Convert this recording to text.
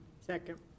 Second